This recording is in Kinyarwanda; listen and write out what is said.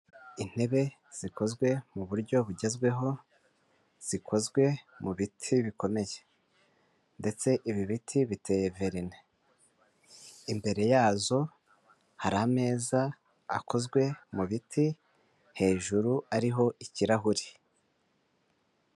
Intebe zikozwe mu buryo bugezweho, zikozwe mu biti bikomeye ndetse ibi biti biteye verine, imbere yazo hari ameza akozwe mu biti hejuru ariho ikirahuri.